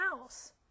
house